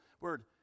word